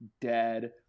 dead